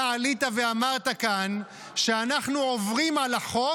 אתה עלית ואמרת כאן שאנחנו עוברים על החוק